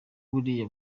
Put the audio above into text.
buriya